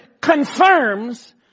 confirms